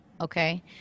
okay